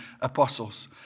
apostles